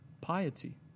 piety